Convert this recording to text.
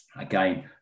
Again